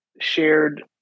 shared